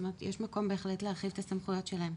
זאת אומרת יש מקום בהחלט להרחיב את הסמכויות שלהם.